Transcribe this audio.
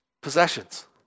possessions